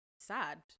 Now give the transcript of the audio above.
Sad